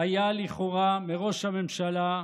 היה לכאורה מראש הממשלה,